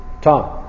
Tom